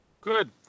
Good